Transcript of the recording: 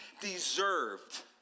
deserved